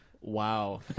Wow